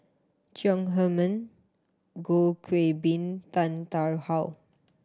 Chong Heman Goh Qiu Bin Tan Tarn How